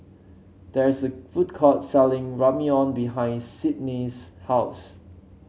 there is a food court selling Ramyeon behind Sydnee's house